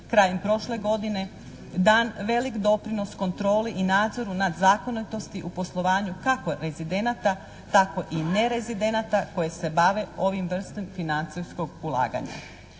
krajem prošle godine dan velik doprinos kontroli i nadzor nad zakonitosti u poslovanju kako rezidenata tako i nerezidenata koji se bave ovom vrstom financijskog ulaganja.